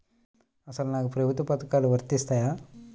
అసలు నాకు ప్రభుత్వ పథకాలు వర్తిస్తాయా?